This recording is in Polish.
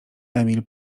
emil